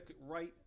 right